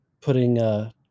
putting